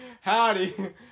Howdy